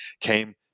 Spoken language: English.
came